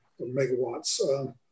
megawatts